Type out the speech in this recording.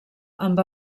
amb